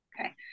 Okay